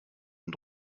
und